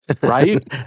Right